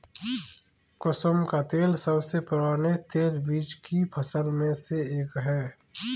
कुसुम का तेल सबसे पुराने तेलबीज की फसल में से एक है